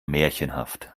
märchenhaft